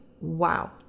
wow